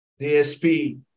DSP